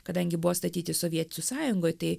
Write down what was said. kadangi buvo statyti sovietų sąjungoj tai